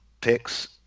picks